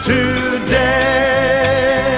Today